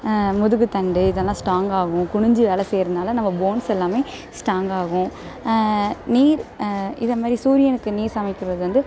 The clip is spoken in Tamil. முதுகுத்தண்டு இதெல்லாம் ஸ்டாங்காகும் குனிஞ்சு வேலை செய்கிறதுனால நம்ம போன்ஸ் எல்லாமே ஸ்டாங்காகும் நீர் இதை மாதிரி சூரியனுக்கு நீர் சமைக்கிறது வந்து